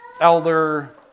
elder